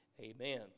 amen